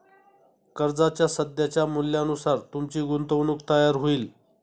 कर्जाच्या सध्याच्या मूल्यानुसार तुमची गुंतवणूक तयार होईल